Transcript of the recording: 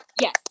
Yes